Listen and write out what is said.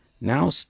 now